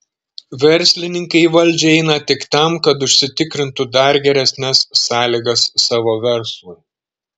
verslininkai į valdžią eina tik tam kad užsitikrintų dar geresnes sąlygas savo verslui